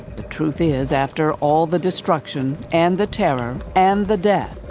the truth is, after all the destruction and the terror, and the death,